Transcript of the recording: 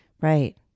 right